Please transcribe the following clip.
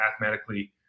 mathematically